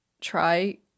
try